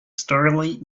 starlight